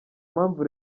mpamvu